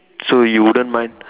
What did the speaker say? so you wouldn't mind